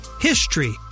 HISTORY